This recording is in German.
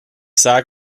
sag